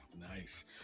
Nice